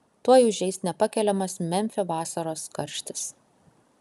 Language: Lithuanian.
tuoj užeis nepakeliamas memfio vasaros karštis